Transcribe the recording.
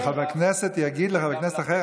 שחבר כנסת יגיד לחבר כנסת אחר,